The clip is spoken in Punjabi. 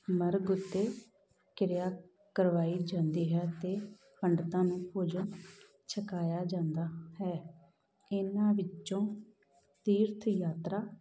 ਮਰਗ ਉੱਤੇ ਕਿਰਿਆ ਕਰਵਾਈ ਜਾਂਦੀ ਹੈ ਅਤੇ ਪੰਡਤਾਂ ਨੂੰ ਭੋਜਨ ਛਕਾਇਆ ਜਾਂਦਾ ਹੈ ਇਹਨਾਂ ਵਿੱਚੋਂ ਤੀਰਥ ਯਾਤਰਾ